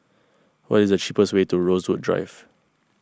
what is the cheapest way to Rosewood Drive